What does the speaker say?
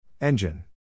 Engine